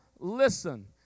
Listen